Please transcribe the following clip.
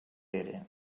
pere